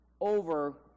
over